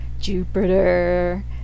jupiter